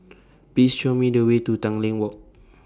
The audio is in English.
Please Show Me The Way to Tanglin Walk